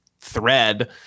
thread